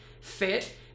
fit